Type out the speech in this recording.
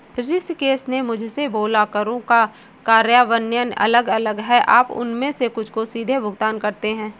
ऋषिकेश ने मुझसे बोला करों का कार्यान्वयन अलग अलग है आप उनमें से कुछ को सीधे भुगतान करते हैं